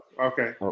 Okay